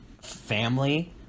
family